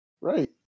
Right